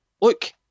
Look